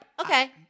Okay